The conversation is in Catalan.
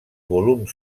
volum